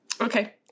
Okay